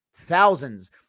thousands